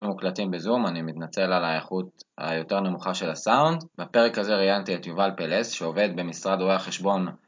מוקלטים בזום, אני מתנצל על האיכות היותר נמוכה של הסאונד. בפרק הזה ראיינתי את יובל פלס, שעובד במשרד רואי החשבון